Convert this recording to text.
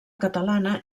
catalana